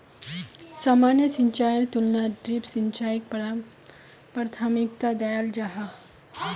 सामान्य सिंचाईर तुलनात ड्रिप सिंचाईक प्राथमिकता दियाल जाहा